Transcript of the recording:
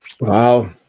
Wow